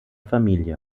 familie